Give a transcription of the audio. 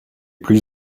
plus